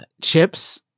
chips